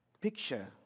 Picture